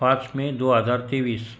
पाच मे दो हजार तेवीस